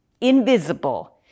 invisible